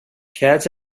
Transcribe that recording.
cats